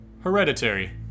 Hereditary